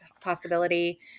possibility